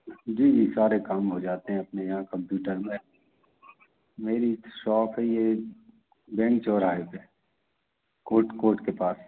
जी जी सारे काम हो जाते हैं अपने यहाँ कंप्यूटर में मेरी शॉप है यह बैंक चौराहे पर कोट कोट के पास